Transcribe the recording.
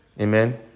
Amen